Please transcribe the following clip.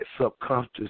subconscious